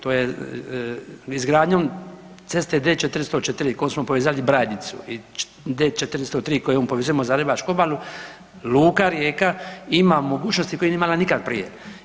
To je izgradnjom ceste D404 kojom smo povezali Brajdicu i D403 kojom povezujemo Zagrebačku obalu, luka Rijeka ima mogućnosti koje nije imala nikad prije.